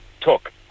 took